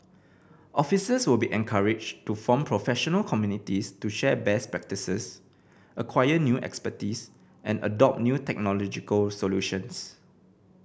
officers will be encouraged to form professional communities to share best practices acquire new expertise and adopt new technological solutions